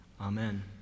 Amen